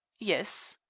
yes.